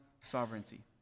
sovereignty